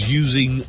using